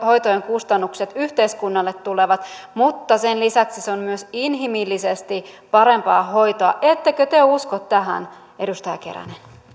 hoitojen kustannukset yhteiskunnalle tulevat mutta sen lisäksi se on myös inhimillisesti parempaa hoitoa ettekö te usko tähän